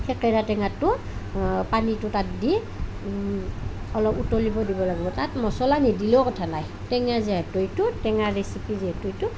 থেকেৰা টেঙাটোৰ পানীটো তাত দি অলপ উতলিব দিব লাগিব তাত মছলা নিদিলেও কথা নাই টেঙা যিহেতু এইটো টেঙা ৰেচিপি যিহেতু এইটো